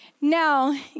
Now